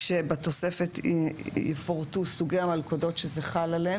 כשבתוספת יפורטו סוגי המלכודות שזה חל עליהן